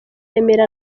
remera